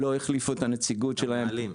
לא החליפו את הנציגות שלהם.